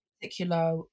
particular